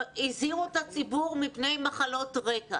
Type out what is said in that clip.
הזהירו את הציבור מפני מחלות רקע,